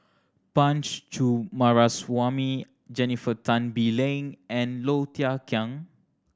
Punch Coomaraswamy Jennifer Tan Bee Leng and Low Thia Khiang